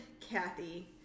Kathy